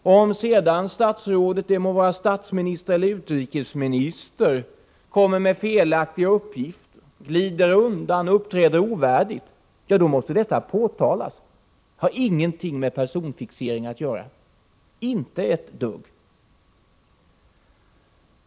Om sedan statsrådet — det må vara statsministern eller utrikesministern — kommer med felaktiga uppgifter, glider undan eller uppträder ovärdigt måste detta påtalas. Det har ingenting med personfixering att göra — inte ett dugg!